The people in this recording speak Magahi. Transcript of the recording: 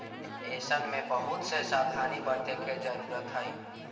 ऐसन में बहुत से सावधानी बरते के जरूरत हई